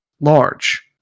large